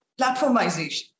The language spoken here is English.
platformization